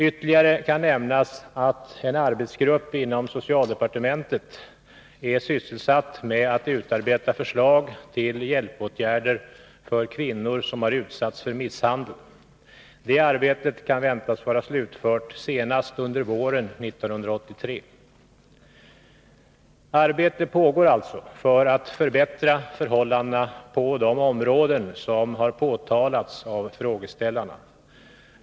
Ytterligare kan nämnas att en arbetsgrupp inom socialdepartementet är sysselsatt med att utarbeta förslag till hjälpåtgärder för kvinnor som har utsatts för misshandel. Det arbetet kan väntas vara slutfört senast under våren 1983. Arbete pågår alltså för att förbättra förhållandena på de områden som har påtalats av frågeställarna.